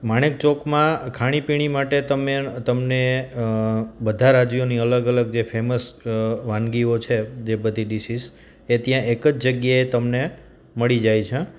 માણેકચોકમાં ખાણીપીણી માટે તમે તમને બધા રાજ્યોની અલગ અલગ જે ફેમસ વાનગીઓ છે જે બધી ડીશીસ એ ત્યાં એક જ જગ્યાએ તમને મળી જાય છે